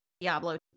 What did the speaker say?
Diablo